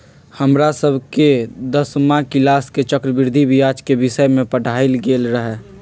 हमरा सभके दसमा किलास में चक्रवृद्धि ब्याज के विषय में पढ़ायल गेल रहै